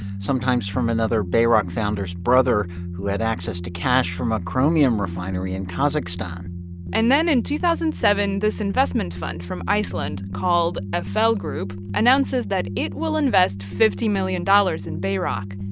sometimes from another bayrock founder's brother who had access to cash from a chromium refinery in kazakhstan and then in two thousand and seven, this investment fund from iceland called a fl group announces that it will invest fifty million dollars in bayrock.